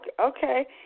okay